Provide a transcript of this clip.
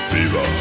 Fever